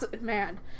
man